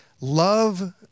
love